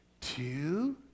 two